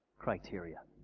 criteria.